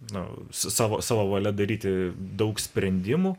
nu su savo savo valia daryti daug sprendimų